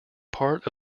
part